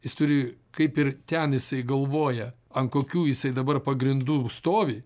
jis turi kaip ir ten jisai galvoja ant kokių jisai dabar pagrindų stovi